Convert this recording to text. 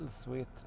Sweet